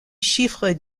chiffres